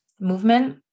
movement